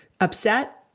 upset